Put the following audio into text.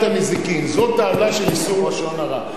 זאת העוולה של איסור לשון הרע,